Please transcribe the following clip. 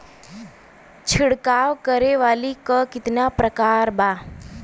छिड़काव करे वाली क कितना प्रकार बा?